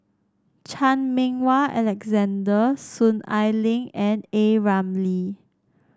Chan Meng Wah Alexander Soon Ai Ling and A Ramli